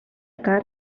car